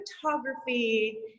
photography